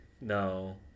no